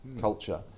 Culture